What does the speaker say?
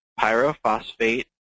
pyrophosphate